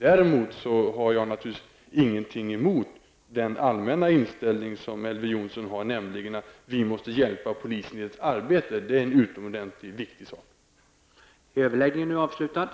Däremot har jag naturligtvis ingenting emot den allmänna inställningen som Elver Jonsson har, nämligen att vi måste hjälpa polisen i deras arbete. Det är en utomordentligt viktig sak.